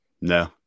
No